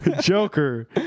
Joker